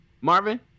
Marvin